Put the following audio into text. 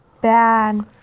bad